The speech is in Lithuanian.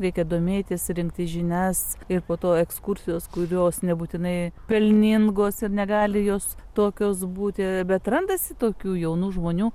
reikia domėtis rinkti žinias ir po to ekskursijos kurios nebūtinai pelningos ir negali jos tokios būti bet randasi tokių jaunų žmonių